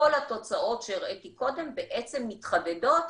כל התוצאות שהראיתי קודם בעצם מתחדדות